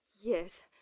Yes